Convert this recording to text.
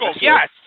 Yes